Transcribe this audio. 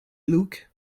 look